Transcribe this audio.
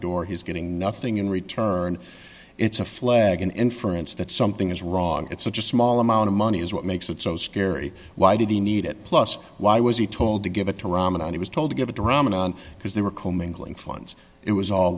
door he's getting nothing in return it's a flag an inference that something is wrong it's such a small amount of money is what makes it so scary why did he need it plus why was he told to give it to ramadan he was told to give it to ramadan because they were